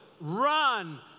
Run